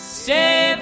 stay